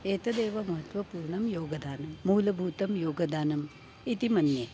एतदेव महत्वपूर्णं योगदानं मूलभूतं योगदानम् इति मन्ये